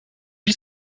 vit